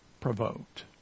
provoked